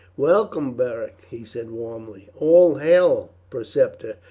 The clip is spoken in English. welcome, beric! he said warmly. all hail, preceptor!